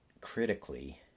critically